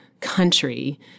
country